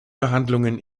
verhandlungen